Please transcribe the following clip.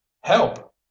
help